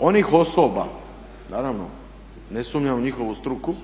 onih osoba, naravno ne sumnjam u njihovu struku